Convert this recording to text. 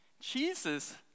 Jesus